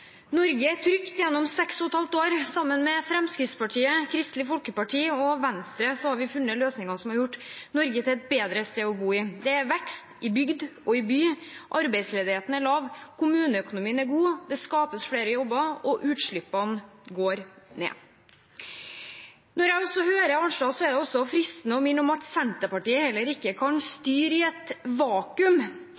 Norge trygt gjennom seks og et halvt år. Sammen med Fremskrittspartiet, Kristelig Folkeparti og Venstre har vi funnet løsninger som har gjort Norge til et bedre sted å bo. Det er vekst i bygd og i by, arbeidsledigheten er lav, kommuneøkonomien er god, det skapes flere jobber, og utslippene går ned. Når jeg hører representanten Arnstad, er det fristende å minne om at Senterpartiet heller ikke kan